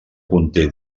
conte